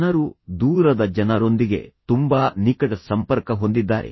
ಜನರು ದೂರದ ಜನರೊಂದಿಗೆ ತುಂಬಾ ನಿಕಟ ಸಂಪರ್ಕ ಹೊಂದಿದ್ದಾರೆ